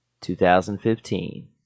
2015